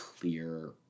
clear